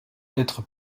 être